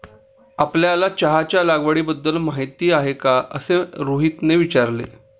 आपल्याला चहाच्या लागवडीबद्दल माहीती आहे का असे रोहितने विचारले?